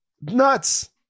Nuts